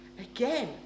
Again